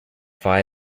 via